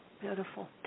Beautiful